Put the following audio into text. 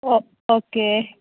ഓ okay